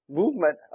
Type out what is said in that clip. movement